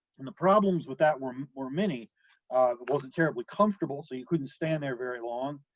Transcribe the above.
and the problems with that were were many. it wasn't terribly comfortable, so you couldn't stand there very long.